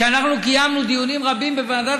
כשאנחנו קיימנו דיונים רבים בוועדת